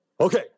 Okay